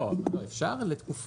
לא, אפשר לתקופה.